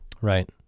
Right